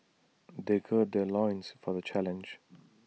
they gird their loins for the challenge